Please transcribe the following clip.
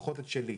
לפחות את שלי.